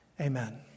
Amen